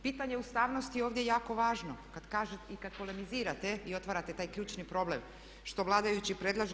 Pitanje ustavnosti je ovdje jako važno i kad polemizirate i otvarate taj ključni problem što vladajući predlažu.